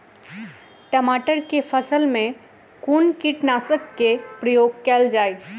टमाटर केँ फसल मे कुन कीटनासक केँ प्रयोग कैल जाय?